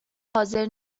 حاضر